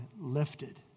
lifted